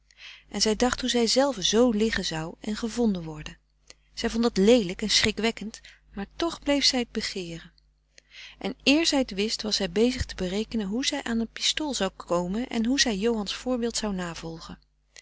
en zij dacht hoe zij zelve z liggen zou en gevonden worden zij vond dat leelijk en schrikwekkend maar toch bleef zij begeeren en éér zij t wist was zij bezig te berekenen hoe zij aan een pistool zou komen en hoe zij johan's voorbeeld zou navolgen